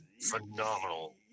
phenomenal